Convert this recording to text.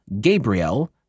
Gabriel